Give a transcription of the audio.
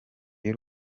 y’u